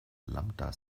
lambda